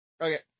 Okay